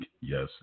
Yes